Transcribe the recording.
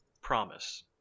promise